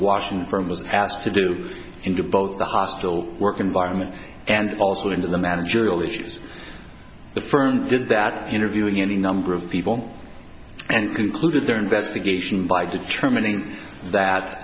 washington firm was asked to do in both the hostile work environment and also in the managerial issues the firm did that interviewing any number of people and concluded their investigation by determining that